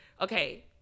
okay